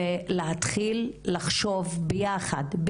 ולהתחיל לחשוב ביחד,